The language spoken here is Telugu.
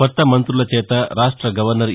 కొత్త మంతుల చేత రాష్ట గవర్నర్ ఈ